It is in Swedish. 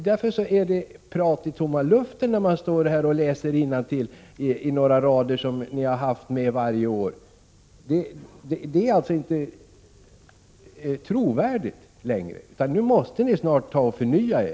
Därför är det prat i tomma luften att stå här och läsa innantill de rader som ni har haft med varje år. Det är inte trovärdigt längre. Nu måste ni snart förnya er.